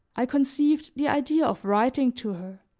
i conceived the idea of writing to her,